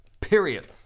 Period